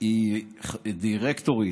והיא דירקטורית,